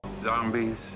Zombies